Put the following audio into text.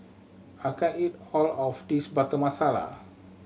I can't eat all of this Butter Masala